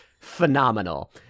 phenomenal